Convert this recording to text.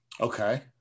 Okay